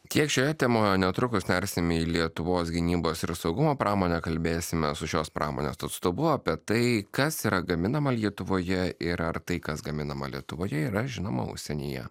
tiek šioje temoje netrukus nersime į lietuvos gynybos ir saugumo pramonę kalbėsimės su šios pramonės atstovu apie tai kas yra gaminama lietuvoje ir ar tai kas gaminama lietuvoje yra žinoma užsienyje